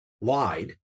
lied